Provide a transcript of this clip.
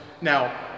Now